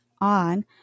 on